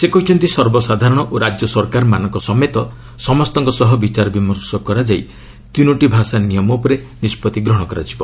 ସେ କହିଛନ୍ତି ସର୍ବସାଧାରଣ ଓ ରାଜ୍ୟ ସରକାରମାନଙ୍କ ସମେତ ସମସ୍ତଙ୍କ ସହ ବିଚାର ବିମର୍ଶ କରାଯାଇ ତିନୋଟି ଭାଷା ନିୟମ ଉପରେ ନିଷ୍ପଭି ନିଆଯିବ